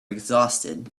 exhausted